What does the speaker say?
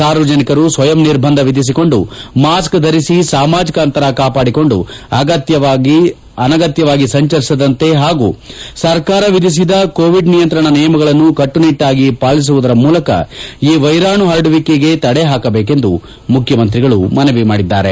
ಸಾರ್ವಜನಿಕರು ಸ್ವಯಂ ನಿರ್ಬಂಧ ವಿಧಿಸಿಕೊಂಡು ಮಾಸ್ಕ್ ಧರಿಸಿ ಸಾಮಾಜಿಕ ಅಂತರ ಕಾಪಾಡಿಕೊಂಡು ಅನಗತ್ಯವಾಗಿ ಸಂಚರಿಸದಂತೆ ಪಾಗೂ ಸರ್ಕಾರ ವಿಧಿಸಿದ ಕೋವಿಡ್ ನಿಯಂತ್ರಣ ನಿಯಮಗಳನ್ನು ಕಟ್ಟುನಿಟ್ಟಾಗಿ ಪಾಲಿಸುವುದರ ಮೂಲಕ ಈ ವೈರಾಣು ಪರಡುವಿಕೆಗೆ ತಡೆ ಹಾಕಬೇಕೆಂದು ಮುಖ್ಯಮಂತ್ರಿಗಳು ಮನವಿ ಮಾಡಿದ್ದಾರೆ